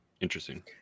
Interesting